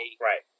Right